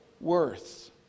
worth